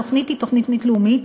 התוכנית היא תוכנית לאומית,